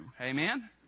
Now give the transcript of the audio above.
Amen